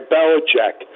Belichick